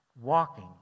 Walking